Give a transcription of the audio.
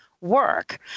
work